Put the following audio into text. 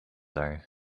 are